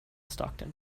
stockton